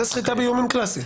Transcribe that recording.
זה סחיטה באיומים קלאסית.